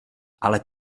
ale